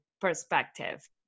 perspective